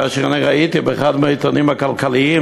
כאשר אני ראיתי באחד מהעיתונים הכלכליים